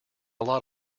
lot